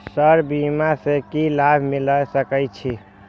Sir बीमा से की लाभ मिल सके छी?